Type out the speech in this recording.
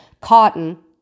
cotton